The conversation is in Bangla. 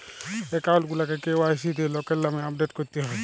একাউল্ট গুলাকে কে.ওয়াই.সি দিঁয়ে লকের লামে আপডেট ক্যরতে হ্যয়